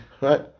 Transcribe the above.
right